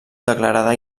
declarada